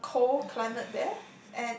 uh cold climate there